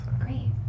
Great